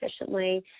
efficiently